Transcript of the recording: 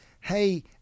hey